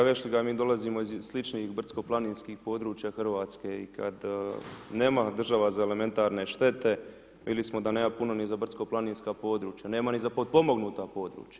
Kolega Vešligaj, mi dolazimo iz sličnih brdsko planinskih područja Hrvatske i kada nema država za elementarne štete, vidjeli smo da nema puno ni za brdsko planinska područja, nema ni za potpomognuta područja.